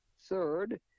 Third